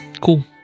Cool